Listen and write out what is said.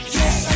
yes